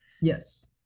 Yes